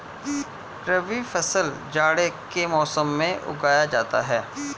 रबी फसल जाड़े के मौसम में उगाया जाता है